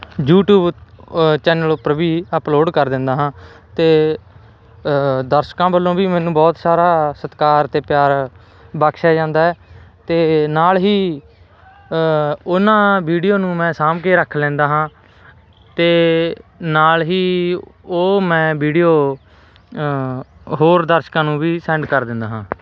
YouTube channel ਉਪਰ ਵੀ upload ਕਰ ਦਿੰਨਾ ਹਾਂ ਤੇ ਦਰਸ਼ਕਾਂ ਵੱਲੋਂ ਵੀ ਮੈਨੂੰ ਬਹੁਤ ਸਾਰਾ ਸਤਿਕਾਰ ਤੇ ਪਿਆਰ ਬਖਸ਼ਿਆ ਜਾਂਦਾ ਤੇ ਨਾਲ ਹੀ ਉਹਨਾਂ ਵੀਡੀਓ ਨੂੰ ਮੈਂ ਸਾਂਭ ਕੇ ਰੱਖ ਲੈਂਦਾ ਹਾਂ ਤੇ ਨਾਲ ਹੀ ਉਹ ਮੈਂ ਵੀਡੀਓ ਹੋਰ ਦਰਸ਼ਕਾਂ ਨੂੰ ਵੀ ਸੈਂਡ ਕਰ ਦਿੰਦਾ ਹਾਂ